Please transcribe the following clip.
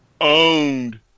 owned